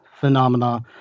phenomena